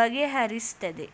ಬಗೆಹರಿಸ್ತದೆ